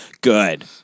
Good